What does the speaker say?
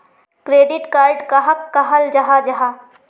Credit card कहाक कहाल जाहा जाहा?